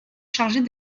chargés